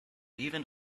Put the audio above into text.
even